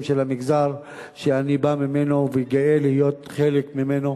של המגזר שאני בא ממנו וגאה להיות חלק ממנו,